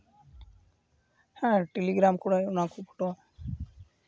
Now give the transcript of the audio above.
ᱦᱮᱸ ᱴᱮᱞᱤᱜᱨᱟᱢ ᱠᱚᱨᱮ ᱚᱱᱟ ᱠᱚ ᱯᱷᱚᱴᱳ